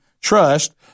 trust